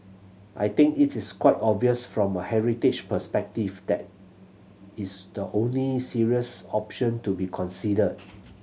I think it is quite obvious from a heritage perspective that is the only serious option to be considered